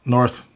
North